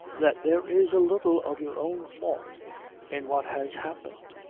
that there is a little of your own fault in what has happened.